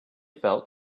felt